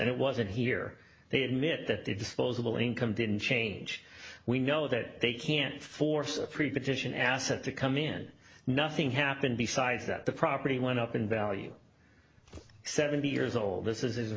it wasn't here they admit that their disposable income didn't change we know that they can't force a preposition assets to come in nothing happened besides that the property went up in value seventy years old this is